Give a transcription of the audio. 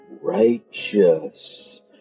righteous